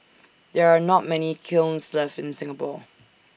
there are not many kilns left in Singapore